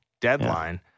deadline